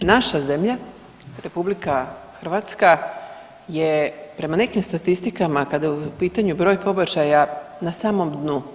Naša zemlja, RH je prema nekim statistikama kada je u pitanju broj pobačaja na samom dnu.